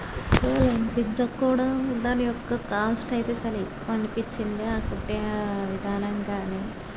శారి కూడా దాని యొక్క కాస్ట్ అయితే చాలా ఎక్కువ అనిపించింది ఆ కుట్టే విధానం కానీ